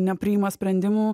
nepriima sprendimų